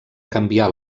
canviar